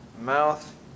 mouth